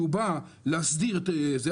שבא להסדיר את זה,